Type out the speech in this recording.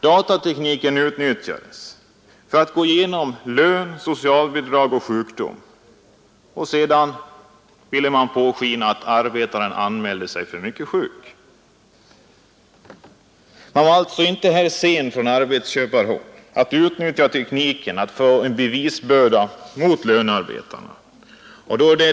Datatekniken utnyttjas för att gå igenom lön, socialbidrag och sjukdom, och sedan ville man låta påskina att arbetaren anmälde sig för mycket sjuk. Man var alltså inte sen att från arbetsköparhåll utnyttja tekniken för att få en bevisbörda mot lönearbetarna.